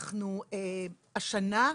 השנה,